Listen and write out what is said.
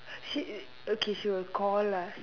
she okay she will call us